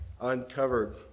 Uncovered